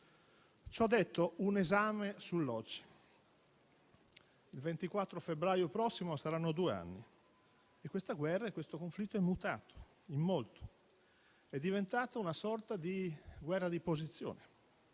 Ciò detto, un esame sull'oggi. Il 24 febbraio prossimo saranno trascorsi due anni. Questa guerra, questo conflitto, è mutato molto. È diventata una sorta di guerra di posizione.